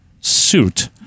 Suit